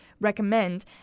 recommend